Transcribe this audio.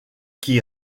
qui